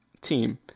team